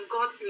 God